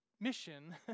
mission